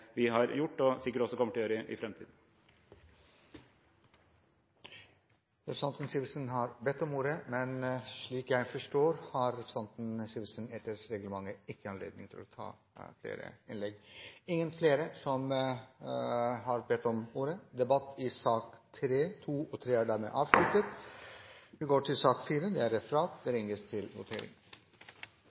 vi har gjort, og sikkert også kommer til å gjøre i framtiden. Representanten Hans Olav Syversen har bedt om ordet, men slik jeg forstår, har representanten Syversen etter reglementet ikke anledning til å ha flere innlegg. Flere har ikke bedt om ordet. Debatten i sakene nr. 2 og 3 er dermed avsluttet. Stortinget skal votere over sakene på dagens kart. Under debatten er det